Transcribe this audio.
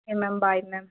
சரி ma'am bye ma'am